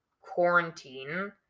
quarantine